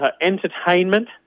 entertainment